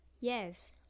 yes